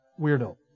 weirdo